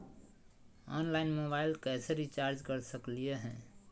Online मोबाइलबा कैसे recharge कर सकलिए है?